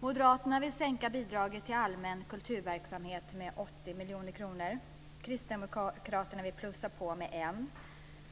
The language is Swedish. Moderaterna vill sänka bidraget till allmän kulturverksamhet med 80 miljoner kronor. Kristdemokraterna vill plussa på med 1 miljon kronor.